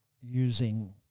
using